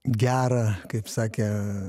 gera kaip sakė